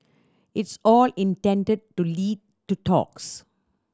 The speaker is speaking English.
it's all intended to lead to talks